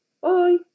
bye